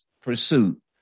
Pursuit